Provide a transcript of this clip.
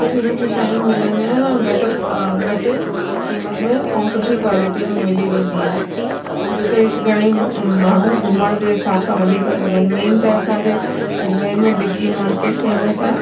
सुठी सुठी शयूं मिलंदी आहिनि ऐं घटि घटि क़ीमत में ऐं सुठी क्वालिटी में मिली वेंदी आहे जिते घणेई माण्हू घुमण जे हिसाब सां वञी था सघनि मेन त असांजे अजमेर में डिगी मार्केट फेमस आहे